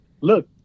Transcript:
look